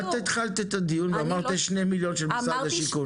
את התחלת את הדיון ואמרת שיש שני מיליון של משרד השיכון.